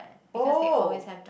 oh